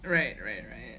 right right right